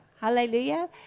Hallelujah